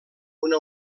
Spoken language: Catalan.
una